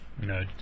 No